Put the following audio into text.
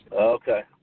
Okay